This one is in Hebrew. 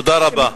תודה רבה.